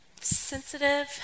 sensitive